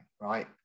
right